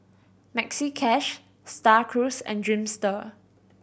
Maxi Cash Star Cruise and Dreamster